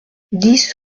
dix